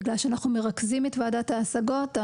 בגלל שאנחנו מרכזים את ועדת ההשגות,